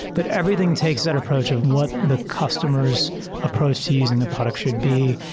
but everything takes that approach of what the customers approach sees and the product should be.